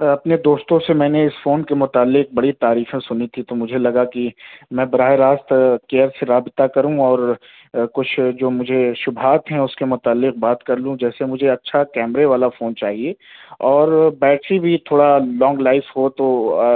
اپنے دوستوں سے میں نے اس فون کے متعلق بڑی تعریفیں سنی تھی تو مجھے لگا کہ میں براہ راست کیئر سے رابطہ کروں اور کچھ جو مجھے شبہات ہیں اس کے متعلق بات کر لوں جیسے مجھے اچھا کیمرے والا فون چاہیے اور بیٹری بھی تھوڑا لانگ لائف ہو تو آ